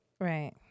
Right